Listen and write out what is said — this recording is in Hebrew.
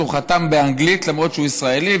הוא חתם באנגלית למרות שהוא ישראלי,